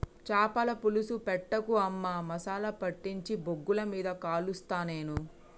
చాపల పులుసు పెట్టకు అమ్మా మసాలా పట్టించి బొగ్గుల మీద కలుస్తా నేను